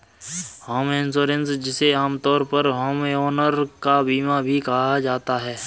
home insurance जिसे आमतौर पर होमओनर का बीमा भी कहा जाता है